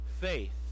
faith